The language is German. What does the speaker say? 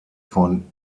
von